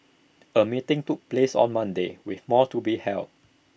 A meeting took place on Monday with more to be held